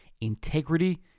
Integrity